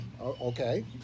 Okay